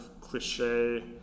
cliche